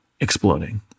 exploding